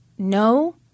No